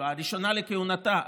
הראשונה לכהונתה,